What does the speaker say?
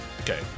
Okay